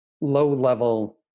low-level